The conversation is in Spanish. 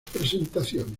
presentaciones